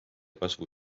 kasvu